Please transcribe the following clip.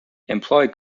employee